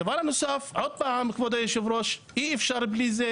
הדבר הנוסף, כבוד היושב-ראש, אי אפשר בלי זה.